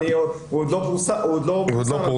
הוא עוד לא פורסם.